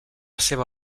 seva